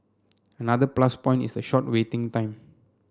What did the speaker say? another plus point is the short waiting time